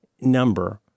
number